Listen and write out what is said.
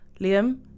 Liam